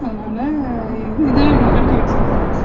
அதனால இதான் என் நெகட்டிவ் எக்ஸ்பீரியன்ஸ்